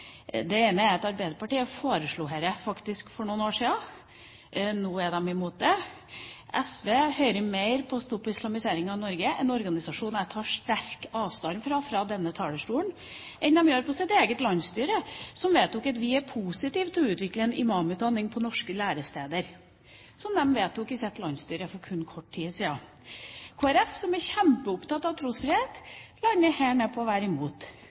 Det ene er at Arbeiderpartiet faktisk foreslo dette for noen år siden. Nå er de imot det. SV hører mer på Stopp islamiseringen i Norge, en organisasjon jeg tar sterk avstand fra fra denne talerstolen, enn de gjør på sitt eget landsstyre, som vedtok: «Vi er positive til å utvikle imam-utdanning på norske læresteder.» Dette vedtok SVs landsstyre for kort tid siden. Kristelig Folkeparti som er kjempeopptatt av trosfrihet, lander her på å være imot.